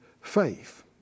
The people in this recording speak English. faith